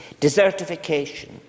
desertification